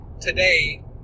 today